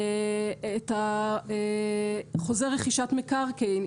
את חוזה רכישת המקרקעין,